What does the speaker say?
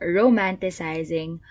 romanticizing